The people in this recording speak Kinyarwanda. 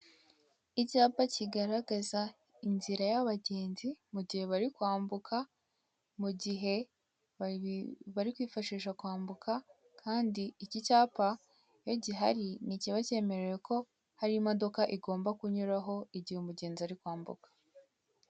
Inyubako ndende cyane, ifite inkingi ziri mu ibara rya shokora ibirahuri bisa ubururu hanze hari ubusitani burimo indabo ibendera ry'igihugu cy'u rwanda hakoreramo ikigo cy'ubwishingizi.